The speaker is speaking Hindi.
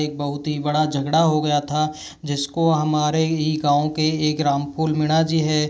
एक बहुत ही बड़ा झगड़ा हो गया था जिसको हमारे ही गाँव के एक रामफूल मीणा जी हैं